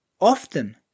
often